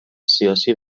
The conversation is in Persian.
سیاسی